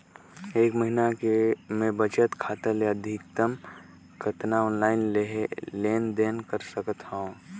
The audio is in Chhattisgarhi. एक महीना मे बचत खाता ले अधिकतम कतना ऑनलाइन लेन देन कर सकत हव?